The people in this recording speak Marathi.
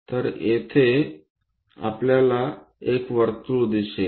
तर येथे आपल्याला एक वर्तुळ दिसेल